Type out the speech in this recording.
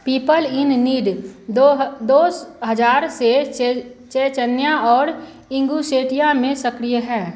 people in need दो दो हज़ार से चेचन्या और इंगुशेटिया में सक्रिय है